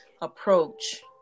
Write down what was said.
approach